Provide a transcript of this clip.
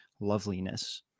loveliness